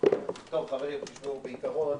חברים, בעיקרון